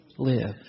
live